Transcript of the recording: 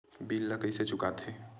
bill ला कइसे चुका थे